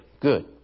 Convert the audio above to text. good